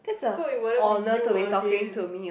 so it wouldn't be you again